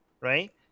right